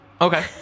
Okay